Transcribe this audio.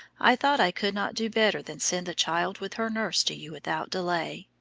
i thought i could not do better than send the child with her nurse to you without delay.